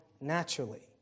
naturally